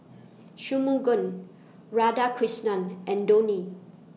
Shunmugam Radhakrishnan and Dhoni